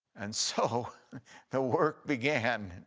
and so the work began.